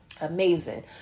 Amazing